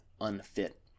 unfit